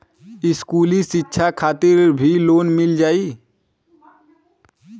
इस्कुली शिक्षा खातिर भी लोन मिल जाई?